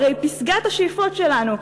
הרי פסגת השאיפות שלנו,